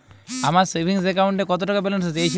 আমার সেভিংস অ্যাকাউন্টে কত টাকা ব্যালেন্স আছে?